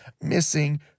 missing